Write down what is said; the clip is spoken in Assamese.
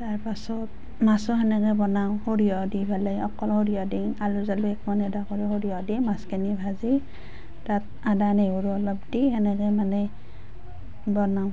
তাৰপাছত মাছো সেনেকে বনাওঁ সৰিয়হ দি পেলাই অকল সৰিয়হ দি আলু চালু একো নিদোঁ অকল সৰিয়হ দি মাছখিনি ভাজি তাত আদা নেহেৰু অলপ দি সেনেকে মানে বনাওঁ